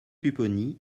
pupponi